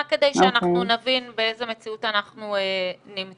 רק כדי שאנחנו נבין באיזה מציאות אנחנו נמצאים.